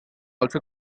also